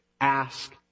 ask